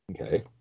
Okay